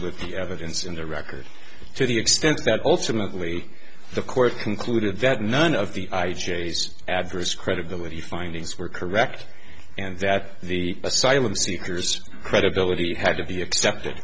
with the evidence in the record to the extent that ultimately the court concluded that none of the i chase adverse credibility findings were correct and that the asylum seekers credibility had to be accepted